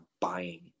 buying